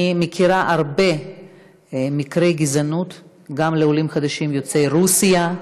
אני מכירה הרבה מקרי גזענות גם לעולים חדשים יוצאי רוסיה,